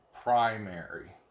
primary